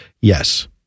yes